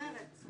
גם מרצ.